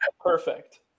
Perfect